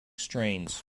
strains